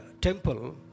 temple